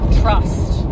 trust